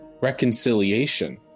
reconciliation